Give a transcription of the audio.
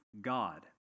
God